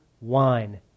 wine